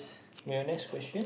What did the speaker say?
okay your next question